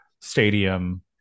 stadium